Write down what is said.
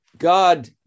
God